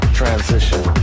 Transition